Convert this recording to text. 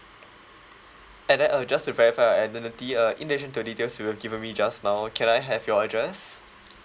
and then uh just to verify your identity uh in addition to your details you have given me just now can I have your address